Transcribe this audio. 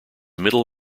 middle